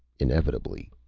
inevitably,